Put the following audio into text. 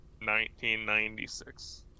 1996